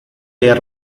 their